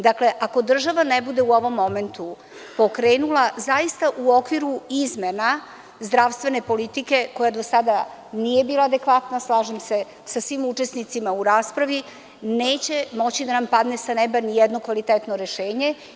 Dakle, ako država ne bude u ovom momentu pokrenula u okviru izmena zdravstvene politike, koja do sada nije bila adekvatna, slažem se sa svim učesnicima u raspravi, neće moći da nam padne sa neba ni jedno kvalitetno rešenje.